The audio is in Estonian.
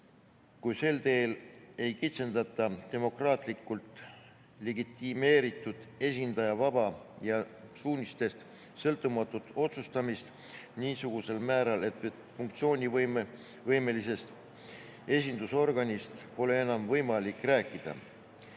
kuni sel teel ei kitsendata demokraatlikult legitimeeritud esindaja vaba ja suunistest sõltumatut otsustamist niisugusel määral, et funktsioonivõimelisest esindusorganist pole enam võimalik rääkida.